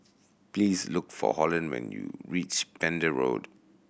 please look for Holland when you reach Pender Road